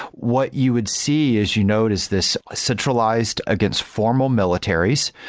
what you would see is you notice this centralized against formal militaries.